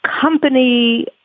company